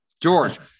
George